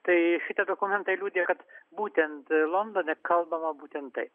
tai šitie dokumentai liudija kad būtent londone kalbama būtent taip